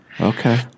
Okay